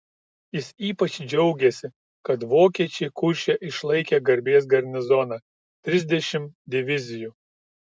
jis ypač džiaugėsi kad vokiečiai kurše išlaikė garbės garnizoną trisdešimt divizijų